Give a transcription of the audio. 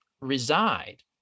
reside